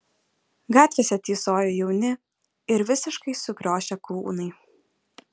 gatvėse tysojo jauni ir visiškai sukriošę kūnai